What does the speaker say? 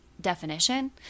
definition